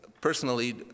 personally